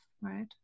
right